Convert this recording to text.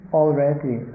already